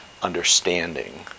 understanding